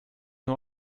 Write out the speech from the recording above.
nur